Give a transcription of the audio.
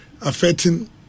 affecting